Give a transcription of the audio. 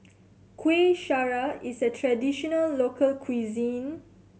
Kueh Syara is a traditional local cuisine